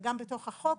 וגם בתוך החוק,